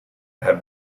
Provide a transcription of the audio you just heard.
have